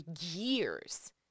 years